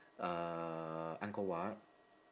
uh angkor wat